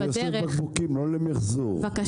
אני אוסף בקבוקים לא למיחזור בכלל.